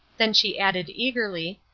then she added eagerly,